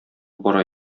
бара